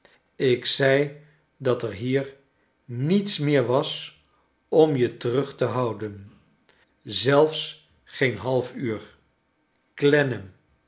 ik zei dat er hier niets meer was om je terug te houden zelfs geen half